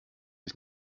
ich